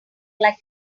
like